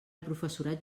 professorat